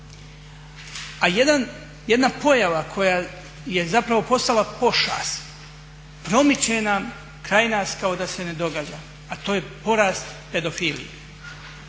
a jedna pojava koja je zapravo postala pošast promiče nam kraj nas kao da se ne događa, a do je porast pedofilije.